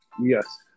yes